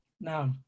Now